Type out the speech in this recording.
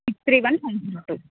six three one nine zero two